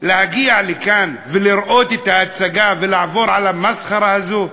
להגיע לכאן, לראות את ההצגה ולעבור על המסחרה הזו?